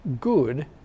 good